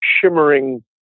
shimmering